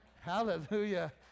Hallelujah